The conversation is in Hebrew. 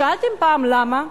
שאלתם פעם למה?